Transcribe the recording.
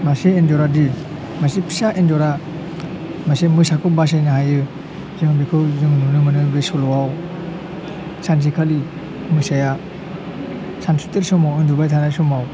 मासे एन्जरादि मासे फिसा एन्जरा मासे मोसाखौ बासायनो हायो जों बेखौ जों नुनो मोनो बे सल'आव सानसेखालि मोसाया सानसुथिर समाव उन्दुबाय थानाय समाव